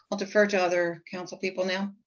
defer to other council people now.